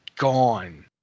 Gone